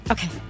Okay